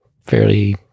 fairly